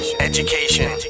education